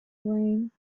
brain